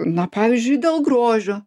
na pavyzdžiui dėl grožio